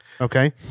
Okay